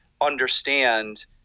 understand